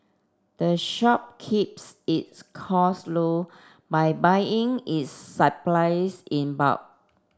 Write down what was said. the shop keeps its cost low by buying its supplies in bulk